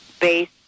base